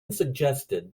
suggested